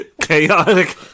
chaotic